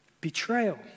betrayal